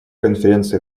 конференции